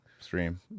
Stream